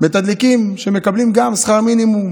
שמקבלים שכר מינימום